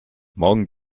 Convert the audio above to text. morgen